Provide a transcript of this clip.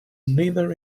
neither